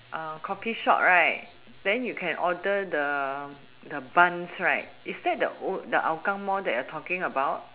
uh coffee shop right then you can order the buns right is that the hougang mall you are talking about